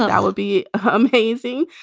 that would be amazing.